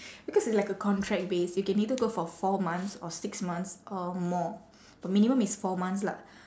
because it's like a contract base you can either go for four months or six months or more minimum is four months lah